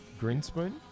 Greenspoon